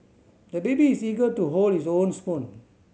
the baby is eager to hold his own spoon